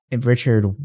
Richard